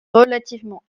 relativement